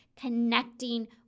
connecting